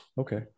Okay